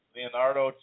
Leonardo